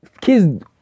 kids